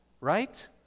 right